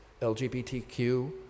LGBTQ